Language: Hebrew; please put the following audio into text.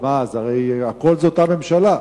הכול זה אותה ממשלה.